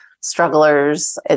strugglers